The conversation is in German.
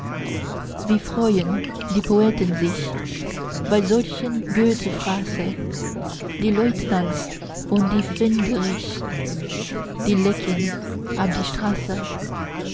wie freuen die poeten sich bei solchem götterfraße die leutnants und die fähnderichs die lecken ab die straße